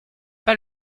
pas